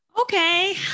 Okay